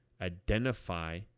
identify